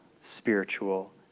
spiritual